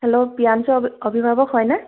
hello প্ৰিয়াঞ্চৰ অ অভিভাৱক হয়নে